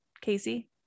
Casey